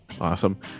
Awesome